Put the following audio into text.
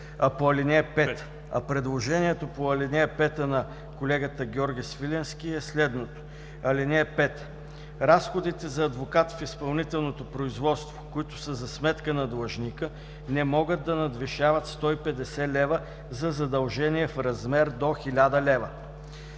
5. Предложението на колегата Георги Свиленски по ал. 5 е следното: „(5) Разходите за адвокат в изпълнителното производство, които са за сметка на длъжника, не могат да надвишават 150 лева за задължения в размер до 1000 лева.“